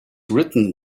written